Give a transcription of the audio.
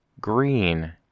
Green